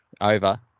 over